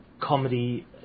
comedy